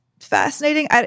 Fascinating